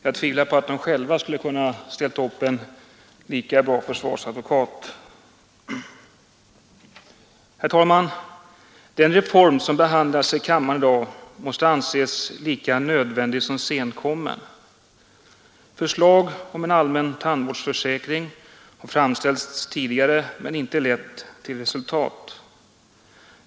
Jag tvivlar på att de själva skulle ha kunnat ställa upp en lika bra försvarsadvokat. Herr talman! Den reform som behandlas i kammaren i dag måste anses vara lika nödvändig som senkommen. Förslag om en allmän tandvårdsförsäkring har framställts tidigare men inte lett till resultat.